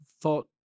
thought